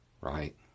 right